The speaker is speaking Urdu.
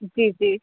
جی جی